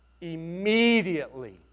Immediately